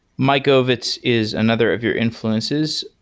mike ovitz is another of your influences.